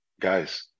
guys